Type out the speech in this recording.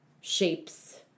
shapes